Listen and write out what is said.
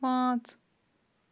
پانٛژھ